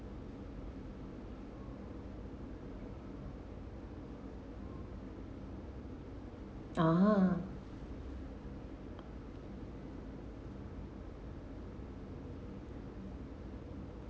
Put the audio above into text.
ah